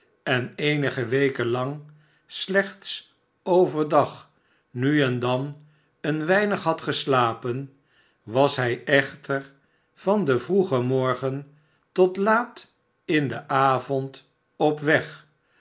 en eenige wekenlang slechts overdag nu en dan een weinig had geslapen was hij echter van den vroegen morgen tot laat in den avond op weg